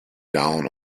down